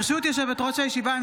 ברשות יושבת-ראש הישיבה,